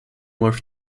worth